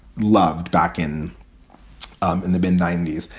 loved back in and the mid ninety s.